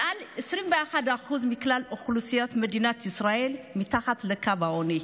מעל 21% מכלל אוכלוסיית מדינת ישראל מתחת לקו העוני.